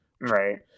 Right